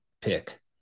pick